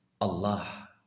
Allah